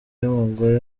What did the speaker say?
y’umugore